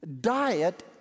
diet